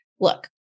look